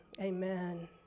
amen